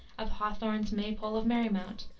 of hawthorne's maypole of merrymount,